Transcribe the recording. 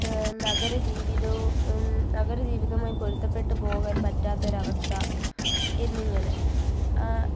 നഗര ജീവിതവും നഗര ജീവിതുമായി പൊരുത്തപ്പെട്ടുപോകാൻ പറ്റാത്തൊരവസ്ഥ എന്നിങ്ങനെ